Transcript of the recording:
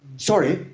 sorry,